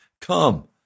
Come